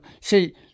See